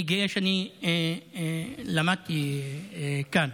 אני גאה שלמדתי כאן.